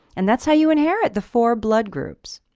and that's how you inherit the four blood groups.